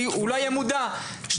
הוא לא היה מודע למצב,